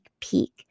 peek